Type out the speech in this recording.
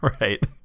Right